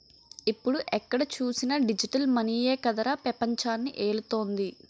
ఇప్పుడు ఎక్కడ చూసినా డిజిటల్ మనీయే కదరా పెపంచాన్ని ఏలుతోంది